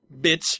bitch